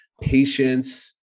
patience